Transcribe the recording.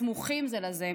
הסמוכים זה לזה,